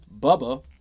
Bubba